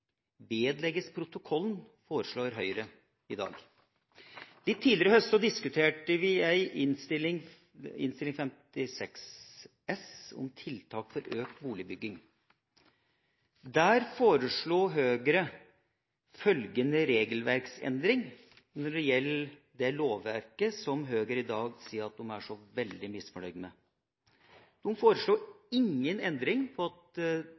«vedlegges protokollen», foreslår Høyre i dag. Tidligere i høst diskuterte vi Innst. 56 S for 2012–2013, om tiltak for økt boligbygging. Der foreslo Høyre følgende regelverksendring når det gjelder det lovverket som Høyre i dag sier at de er så veldig misfornøyd med: De foreslo ingen endring på at